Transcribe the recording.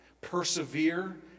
Persevere